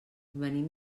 venim